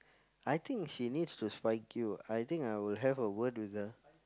I think she needs to spike you I think I will have a word with her